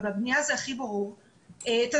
אבל בבנייה זה הכי ברור תעבדו,